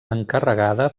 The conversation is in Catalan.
encarregada